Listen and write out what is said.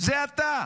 זה אתה.